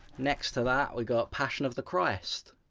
next to that, we got passion of the christ.